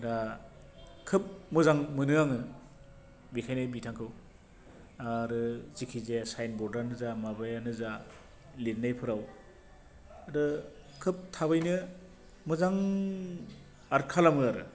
आ खोब मोजां मोनो आङो बेखायनो बिथांखौ आरो जेखि जाया साइन बर्डआनो जा माबायानो जा लिरनायफोराव आरो खोब थाबैनो मोजां आर्ट खालामो आरो